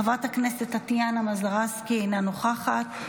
חברת הכנסת טטיאנה מזרסקי, אינה נוכחת.